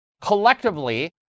collectively